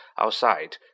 outside